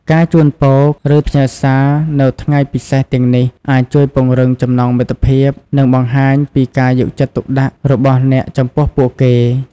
ការជូនពរ ឬផ្ញើសារនៅថ្ងៃពិសេសទាំងនេះអាចជួយពង្រឹងចំណងមិត្តភាព និងបង្ហាញពីការយកចិត្តទុកដាក់របស់អ្នកចំពោះពួកគេ។